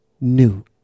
new